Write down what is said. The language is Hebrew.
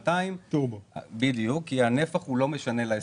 1,200 כי הנפח לא משנה להספק.